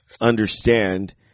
understand